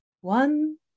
One